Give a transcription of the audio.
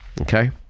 okay